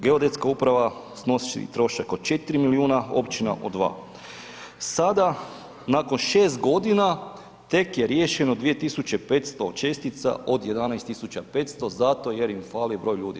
Geodetska uprava snosi trošak od 4 milijuna, općina od 2. Sada nakon 6 g. tek je riješeno 2500 čestica od 11500 zato jer im fali broj ljudi.